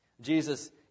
Jesus